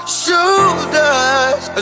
shoulders